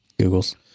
Google's